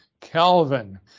Calvin